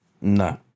No